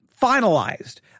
finalized